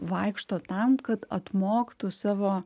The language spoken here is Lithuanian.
vaikšto tam kad atmoktų savo